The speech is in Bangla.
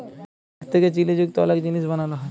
আখ থ্যাকে চিলি যুক্ত অলেক জিলিস বালালো হ্যয়